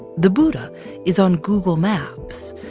the buddha is on google maps.